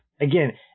again